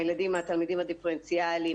הילדים מהתלמידים הדיפרנציאליים,